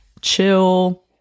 chill